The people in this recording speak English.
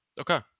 Okay